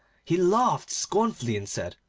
he laughed scornfully and said,